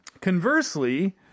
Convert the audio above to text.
Conversely